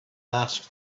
asked